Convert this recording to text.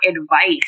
advice